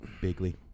Bigly